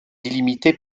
délimité